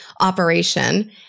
operation